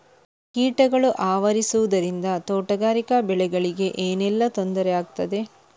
ಕೀಟಗಳು ಆವರಿಸುದರಿಂದ ತೋಟಗಾರಿಕಾ ಬೆಳೆಗಳಿಗೆ ಏನೆಲ್ಲಾ ತೊಂದರೆ ಆಗ್ತದೆ?